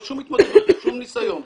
שום התמודדות ושום ניסיון להתמודד,